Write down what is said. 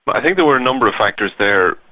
but i think there were a number of factors there.